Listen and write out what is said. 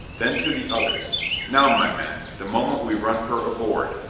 then to the others now, my men, the moment we run her aboard,